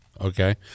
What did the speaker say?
okay